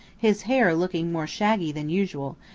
his hair looking more shaggy than usual,